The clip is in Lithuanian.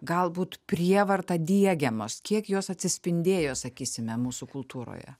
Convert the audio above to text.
galbūt prievarta diegiamos kiek jos atsispindėjo sakysime mūsų kultūroje